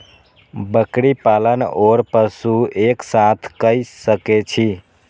बकरी पालन ओर पशु एक साथ कई सके छी?